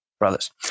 brothers